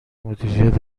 مدیریت